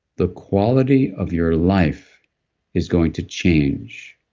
the quality of your life is going to change,